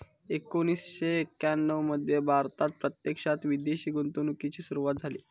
एकोणीसशे एक्याण्णव मध्ये भारतात प्रत्यक्षात विदेशी गुंतवणूकीची सुरूवात झाली